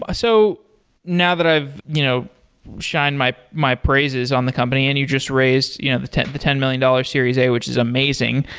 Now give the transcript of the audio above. ah so now that i've you know shine my my praises on the company, and you just raised you know the ten the ten million dollars series a, which is amazing.